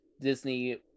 disney